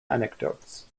anecdotes